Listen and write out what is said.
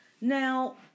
Now